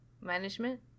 management